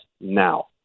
now